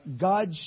God